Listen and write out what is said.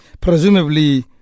Presumably